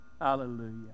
hallelujah